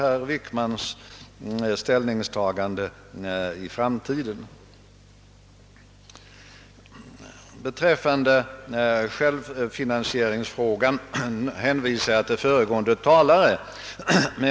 Enligt min mening kan man emellertid inte alltid känna sig bunden av en pågående utredning.